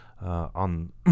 on